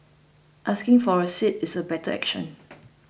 asking for a seat is a better action